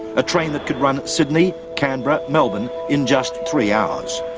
a train that could run sydney-canberra-melbourne in just three hours.